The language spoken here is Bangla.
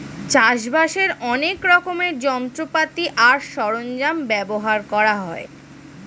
চাষবাসের অনেক রকমের যন্ত্রপাতি আর সরঞ্জাম ব্যবহার করা হয়